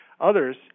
Others